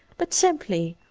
but simply,